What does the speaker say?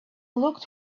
looked